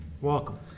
Welcome